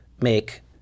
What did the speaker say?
make